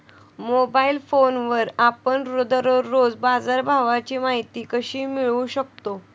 Mobile फोनवर आपण दररोज बाजारभावाची माहिती कशी मिळवू शकतो?